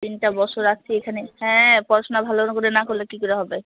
তিনটা বছর আছি এখানে হ্যাঁ পড়াশুনা ভালো করে না করলে কী করে হবে